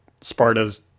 Sparta's